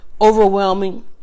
overwhelming